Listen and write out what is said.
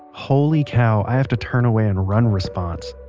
holy cow, i have to turn away and run response.